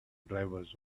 drivers